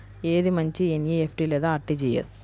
ఏది మంచి ఎన్.ఈ.ఎఫ్.టీ లేదా అర్.టీ.జీ.ఎస్?